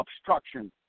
obstruction